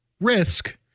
risk